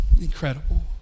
Incredible